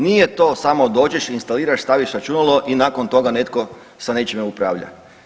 Nije to samo dođeš, instaliraš, staviš računalo i nakon toga netko sa nečime upravlja.